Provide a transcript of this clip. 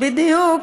הזה,